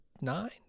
nine